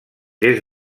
des